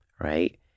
right